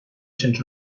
cents